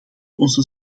onze